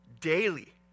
daily